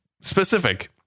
specific